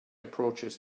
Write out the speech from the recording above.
approaches